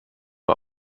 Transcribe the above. mal